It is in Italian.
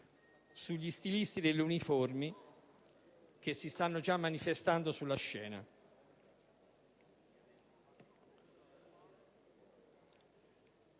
sugli stilisti delle uniformi che si stanno già manifestando sulla scena.